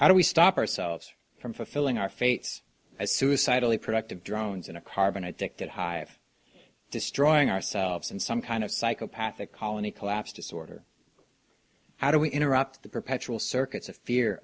how do we stop ourselves from fulfilling our fates as suicidally productive drones in a carbon addicted hive destroying ourselves in some kind of psychopathic colony collapse disorder how do we interrupt the perpetual circuits of fear